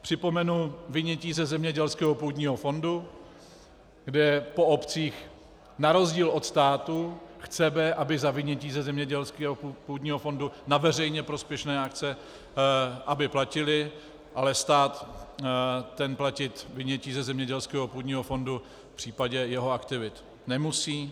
Připomenu vynětí ze zemědělského původního fondu, kde po obcích na rozdíl od státu chceme, aby za vynětí ze zemědělského půdního fondu na veřejně prospěšné akce platily, ale stát, ten platit za vynětí ze zemědělského půdního fondu v případě jeho aktivit nemusí.